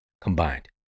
combined